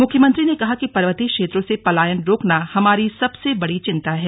मुख्यमंत्री ने कहा कि पर्वतीय क्षेत्रों से पलायन रोकना हमारी सबसे बड़ी चिन्ता है